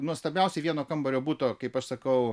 nuostabiausia vieno kambario buto kaip aš sakau